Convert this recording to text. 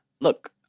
look